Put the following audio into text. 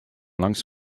langs